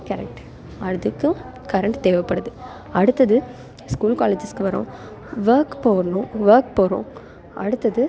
correct அதுக்கும் current தேவைப்படுது அடுத்தது ஸ்கூல் காலேஜஸுக்கு வர்றோம் ஒர்க் போகணும் ஒர்க் போகிறோம் அடுத்தது